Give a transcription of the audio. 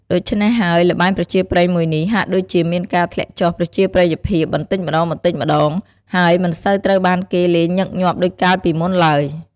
ដូច្នេះហើយល្បែងប្រជាប្រិយមួយនេះ ហាក់ដូចជាមានការធ្លាក់ចុះប្រជាប្រិយភាពបន្តិចម្តងៗ ហើយមិនសូវត្រូវបានគេលេងញឹកញាប់ដូចកាលពីមុនឡើយ។